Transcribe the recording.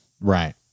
Right